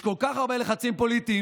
יש כל כך הרבה לחצים פוליטיים,